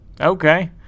Okay